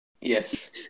Yes